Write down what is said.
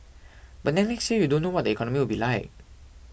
but then next year you don't know what the economy will be like